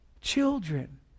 Children